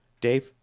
Dave